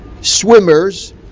swimmers